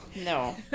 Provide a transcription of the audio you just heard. No